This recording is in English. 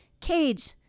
cage